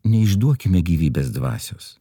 neišduokime gyvybės dvasios